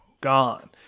gone